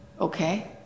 Okay